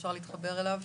צוהריים טובים.